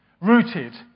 Rooted